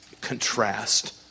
contrast